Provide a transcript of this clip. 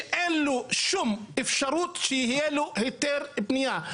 שאין להם שום אפשרות שתהיה להם היתר בנייה.